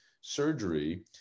surgery